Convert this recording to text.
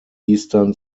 eastern